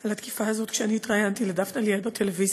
על התקיפה הזאת כשאני התראיינתי לדפנה ליאל בטלוויזיה.